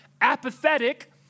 apathetic